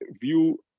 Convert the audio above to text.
view